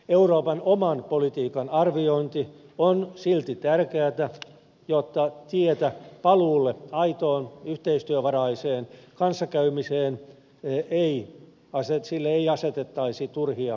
euroopan oman politiikan arviointi on silti tärkeätä jotta paluulle aitoon yhteistyövaraiseen kanssakäymiseen ei asetettaisi turhia esteitä